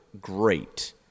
great